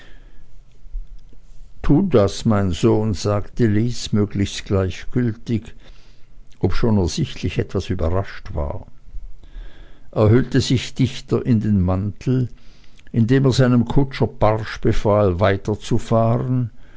tu das mein sohn sagte lys möglichst gleichgültig obschon er sichtlich etwas überrascht war er hüllte sich dichter in den mantel indem er seinem kutscher barsch befahl weiterzufahren